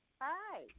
Hi